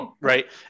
Right